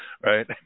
right